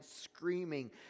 screaming